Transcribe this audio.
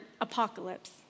apocalypse